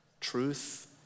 Truth